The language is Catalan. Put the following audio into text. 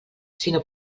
sinó